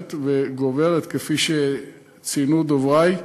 הולכת וגוברת, כפי שציינו הדוברים,